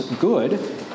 good